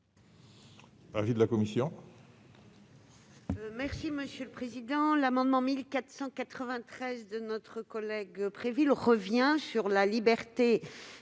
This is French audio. l'avis de la commission